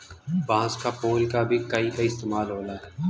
बांस क फुल क भी कहीं कहीं इस्तेमाल होला